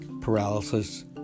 Paralysis